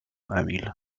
emil